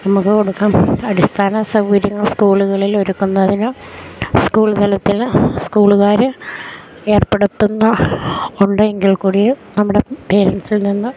നമുക്കു കൊടുക്കാം അടിസ്ഥാന സൗകര്യങ്ങൾ സ്കൂളുകളിൽ ഒരുക്കുന്നതിനു സ്കൂൾ തലത്തില് സ്കൂളുകാര് ഏർപ്പെടുത്തുന്നു ണ്ട് എങ്കിൽ കൂടി നമ്മുടെ പേരെൻസിൽ നിന്ന്